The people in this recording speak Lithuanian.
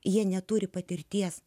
jie neturi patirties